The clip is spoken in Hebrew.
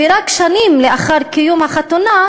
ורק שנים לאחר קיום החתונה,